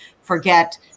forget